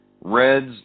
Reds